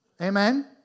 Amen